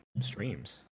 streams